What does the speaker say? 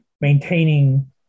maintaining